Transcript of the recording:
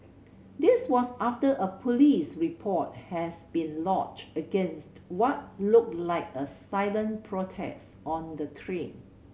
this was after a police report has been lodged against what looked like a silent protest on the train